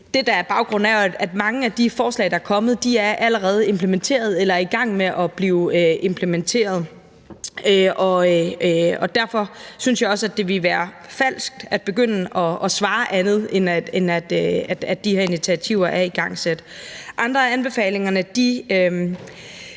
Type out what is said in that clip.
Det, der er baggrunden, er, at mange af de forslag, der er kommet, allerede er implementeret eller er i gang med at blive implementeret. Derfor synes jeg også, det ville være falsk at begynde at svare andet, end at de her initiativer er igangsat. Andre af anbefalingerne er